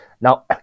Now